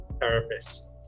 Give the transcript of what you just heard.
therapist